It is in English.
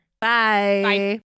Bye